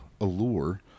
allure